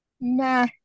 nah